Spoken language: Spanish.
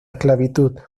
esclavitud